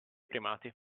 primati